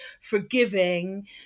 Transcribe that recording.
forgiving